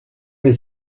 mais